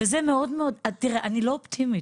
תראה, אני לא אופטימית.